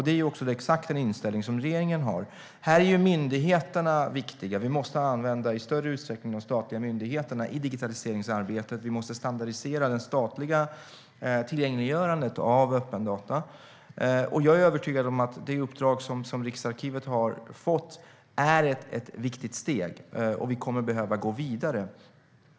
Det är också exakt den inställningen som regeringen har. Här är myndigheterna viktiga. Vi måste i större utsträckning använda de statliga myndigheterna i digitaliseringsarbetet. Vi måste standardisera det statliga tillgängliggörandet av öppna data. Jag är övertygad om att det uppdrag som Riksarkivet har fått är ett viktigt steg, och vi kommer att behöva gå vidare.